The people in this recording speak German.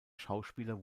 schauspieler